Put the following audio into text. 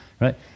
Right